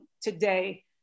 today